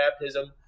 baptism